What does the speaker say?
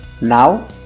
Now